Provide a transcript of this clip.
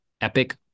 epic